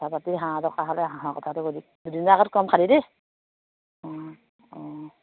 কথা পাতি হাঁহ কথালৈ হাঁহৰ কথাটো গ দুদিনৰ আগত ক'ম খালি দেই অঁ অঁ